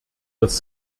das